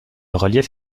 relief